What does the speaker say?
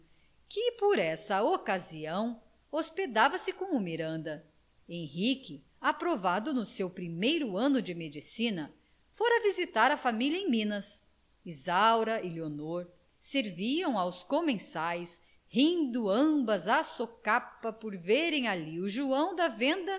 que por essa ocasião hospedava se com o miranda henrique aprovado no seu primeiro ano de medicina fora visitar a família em minas isaura e leonor serviam aos comensais rindo ambas à socapa por verem ali o joão da venda